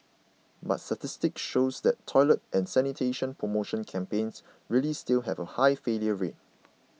but statistics shows that toilet and sanitation promotion campaigns really still have a high failure rate